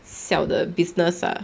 小的 business ah